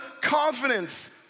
confidence